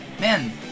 Man